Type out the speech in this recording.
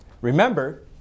Remember